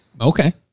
okay